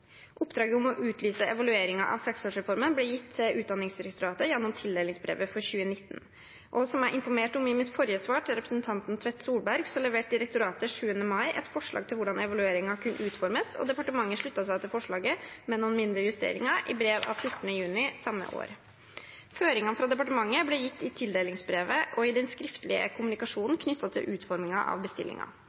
Oppdraget om å utlyse evalueringen av seksårsreformen ble gitt til Utdanningsdirektoratet gjennom tildelingsbrevet for 2019. Som jeg informerte om i mitt forrige svar, til representanten Tvedt Solberg, leverte direktoratet den 7. mai 2019 et forslag til hvordan evalueringen kunne utformes, og departementet sluttet seg til forslaget, med noen mindre justeringer, i brev av 14. juni samme år. Føringene fra departementet ble gitt i tildelingsbrevet og i den skriftlige kommunikasjonen knyttet til utformingen av